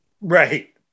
Right